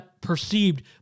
perceived